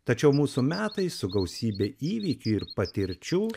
tačiau mūsų metai su gausybe įvykių ir patirčių